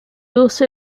also